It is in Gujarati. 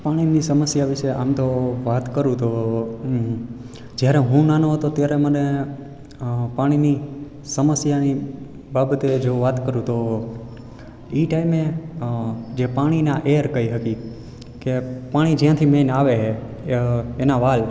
પાણીની સમસ્યા વિશે આમ તો વાત કરું તો જ્યારે હું નાનો હતો ત્યારે મને પાણીની સમસ્યાની બાબતે જો વાત કરું તો ઈ ટાઈમે જે પાણીના એર કઈ હતી કે પાણી જ્યાંથી મેન આવે છે એના વાવ